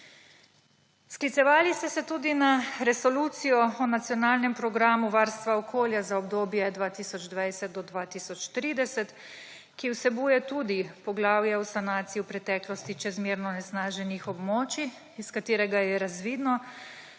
Sklicevali ste se tudi na Resolucijo o nacionalnem programu o varstva okolja za obdobje 2020 do 2030, ki vsebuje tudi poglavje o sanaciji v preteklosti čezmerno onesnaženih območjih, iz katerega je razvidno,